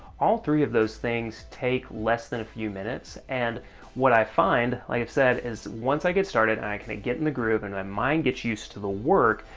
all three of those things take less than a few minutes, and what i find, like i said, is once i get started, and i kind of get in the groove, and my mind gets used to the work,